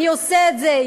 אני עושה את זה,